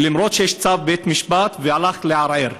למרות שיש צו בית משפט, והלך לערער.